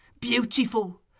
Beautiful